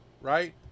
Right